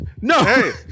no